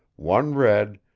one red,